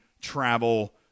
travel